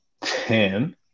ten